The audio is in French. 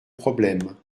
problème